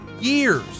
years